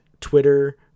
twitter